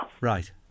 Right